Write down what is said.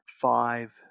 five